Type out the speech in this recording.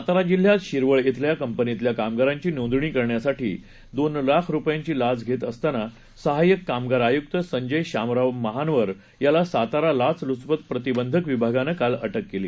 साताराजिल्ह्यातशिरवळ शिल्याकंपनीतल्याकामगारांचीनोंदणीकरण्यासाठीदोनलाखरुपयांचीलाचघेतअसतानासहाय्यककामगा रआयुक्तसंजयशामरावमहानवरयालासातारालाचलुचपतप्रतिबंधकविभागानंकालअटककेली